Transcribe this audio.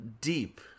deep